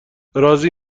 راضی